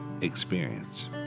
experience